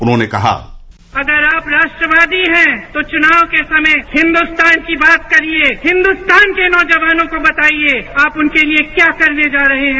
उन्होंने कहा अगर आप राष्ट्रवादी हैं तो चुनाव के समय हिन्दुस्तान की बात करिए हिन्दुस्तान के नौजवानों को बताइए आप उनके लिए क्या करने जा रहे हैं